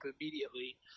immediately